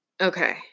okay